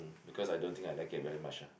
because I don't think I like it very much ah